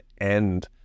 end